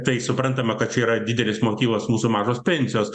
tai suprantama kad čia yra didelis motyvas mūsų mažos pensijos